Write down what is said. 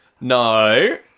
No